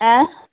আ